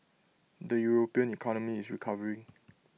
the european economy is recovering